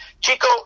Chico